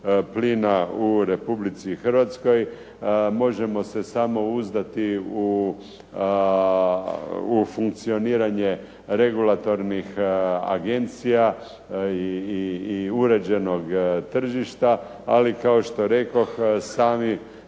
plina u RH. Možemo se samo uzdati u funkcioniranje regulatornih agencija i uređenog tržišta. Ali kao što rekoh samim